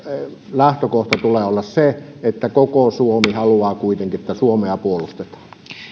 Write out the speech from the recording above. lähtökohdan tulee olla se että koko suomi haluaa kuitenkin että suomea puolustetaan